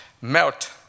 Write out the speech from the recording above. melt